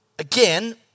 Again